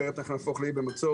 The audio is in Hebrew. אחרת אנחנו נהפוך לאי במצור.